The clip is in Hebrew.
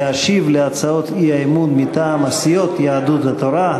להשיב על הצעות האי-אמון מטעם הסיעות יהדות התורה,